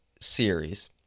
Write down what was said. series